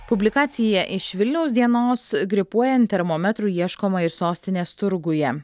publikacija iš vilniaus dienos gripuojant termometrų ieškoma ir sostinės turguje